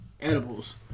Edibles